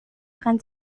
akan